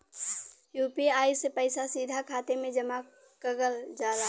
UPI से पइसा सीधा खाते में जमा कगल जाला